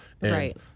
Right